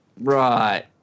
Right